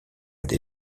des